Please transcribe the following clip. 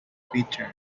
bitter